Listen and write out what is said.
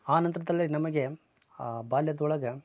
ಆನಂತರದಲ್ಲಿ ನಮಗೆ ಆ ಬಾಲ್ಯದೊಳಗೆ